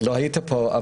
לא היית פה,